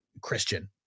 Christian